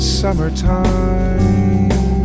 summertime